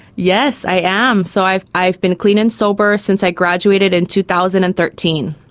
yes, i am. so i've i've been clean and sober since i graduated in two thousand and thirteen.